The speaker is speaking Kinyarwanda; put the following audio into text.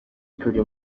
turi